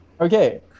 Okay